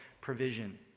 provision